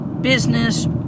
business